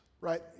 right